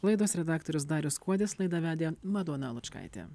laidos redaktorius darius kuodis laidą vedė madona lučkaitė